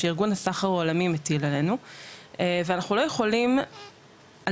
שארגון הסחר העולמי מטיל עלינו ואנחנו לא יכולים על